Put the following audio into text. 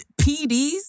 PDs